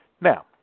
Now